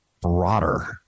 broader